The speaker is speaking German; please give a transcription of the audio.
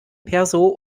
perso